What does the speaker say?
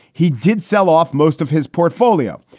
he did sell off most of his portfolio.